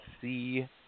see